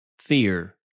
Fear